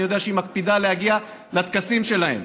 אני יודע שהיא מקפידה להגיע לטקסים שלהם.